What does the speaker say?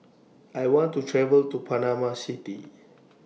I want to travel to Panama City